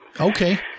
Okay